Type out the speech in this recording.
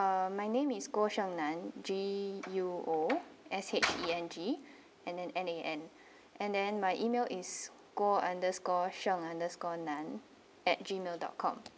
um my name is guo sheng nan G U O S H E N G and then N A N and then my email is guo underscore sheng underscore nan at gmail dot com